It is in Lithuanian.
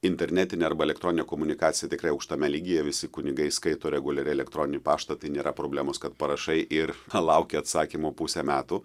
internetinė arba elektroninė komunikacija tikrai aukštame lygyje visi kunigai skaito reguliariai elektroninį paštą tai nėra problemos kad parašai ir lauki atsakymo pusę metų